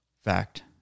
Fact